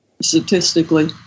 statistically